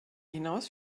hinaus